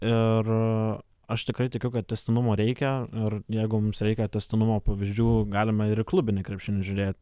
ir aš tikrai tikiu kad tęstinumo reikia ir jeigu mums reikia tęstinumo pavyzdžių galima ir klubinį krepšinį žiūrėt